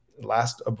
last